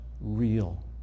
real